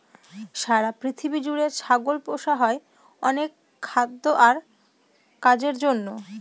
সারা পৃথিবী জুড়ে ছাগল পোষা হয় অনেক খাদ্য আর কাজের জন্য